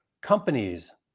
companies